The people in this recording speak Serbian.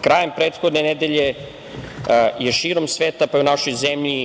krajem prethodne nedelje je širom sveta, pa i u našoj zemlji,